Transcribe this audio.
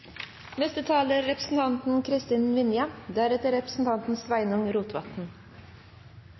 Neste taler er Kristin